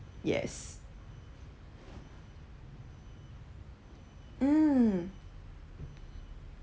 yes mm